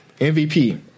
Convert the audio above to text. MVP